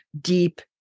deep